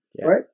Right